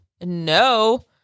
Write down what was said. no